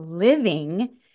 living